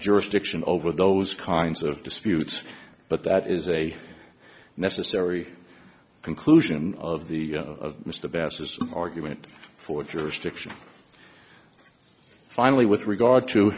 jurisdiction over those kinds of disputes but that is a necessary conclusion of the of mr bassett argument for jurisdiction finally with regard to